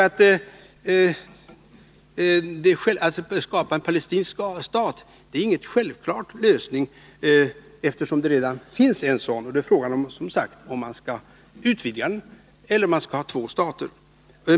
Att skapa en palestinsk stat är ingen självklar lösning, eftersom det redan finns en sådan. Frågan är som sagt om man skall utvidga den staten eller om man skall ha två stater.